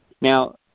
Now